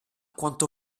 quanto